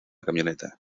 camioneta